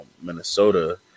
Minnesota